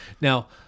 now—